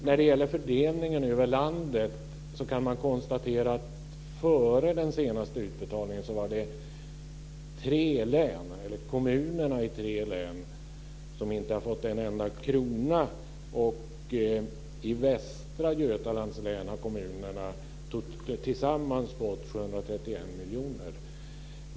När det gäller fördelningen över landet kan man konstatera att det före den senaste utbetalningen var kommunerna i tre län som inte hade fått en enda krona. I Västra Götalands län har kommunerna tillsammans fått 731 miljoner.